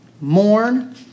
mourn